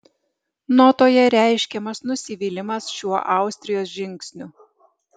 notoje reiškiamas nusivylimas šiuo austrijos žingsniu